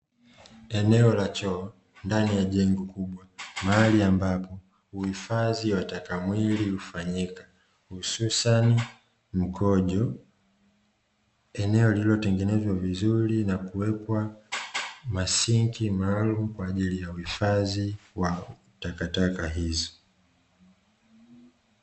Eneo la choo ndani ya jengo kubwa, mahali ambapo uhifadhi wa taka mwili hufanyika hususani mkojo. Eneo lililotengenezwa vizuri na kuwekewa masinki maalumu kwa ajili uhifadhi wa takataka hizi.